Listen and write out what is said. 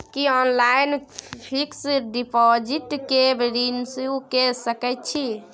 की online fix deposit के renew के सकै छी?